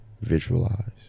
Visualize